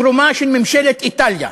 תרומה של ממשלת איטליה,